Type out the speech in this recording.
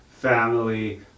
family